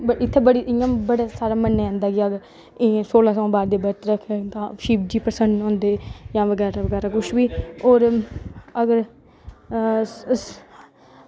इत्थें बड़े सारे मन्नेआ जंदा की सोलहां सोमवार दे बरत रक्खे दे होन तां शिवजी प्रसन्न होंदे होर कुछ बी होर